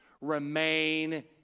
Remain